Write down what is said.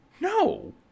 No